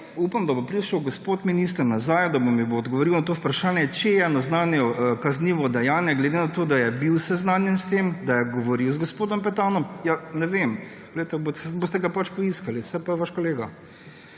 Upam, da bo prišel gospod minister nazaj, da mi bo odgovoril na to vprašanje, če je naznanil kaznivo dejanje glede na to, da je bil seznanjen s tem, da je govoril z gospodom Petanom. / oglašanje iz dvorane/ Ja, ne vem. Boste ga pač poiskali, saj je pa vaš kolega.